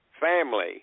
family